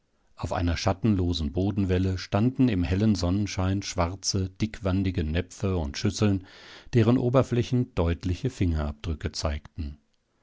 auf einer schattenlosen bodenwelle standen im hellen sonnenschein schwarze dickwandige näpfe und schüsseln deren oberflächen deutliche fingerabdrücke zeigten